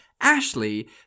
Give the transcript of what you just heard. Ashley